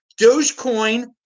Dogecoin